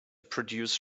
produce